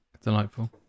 Delightful